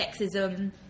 sexism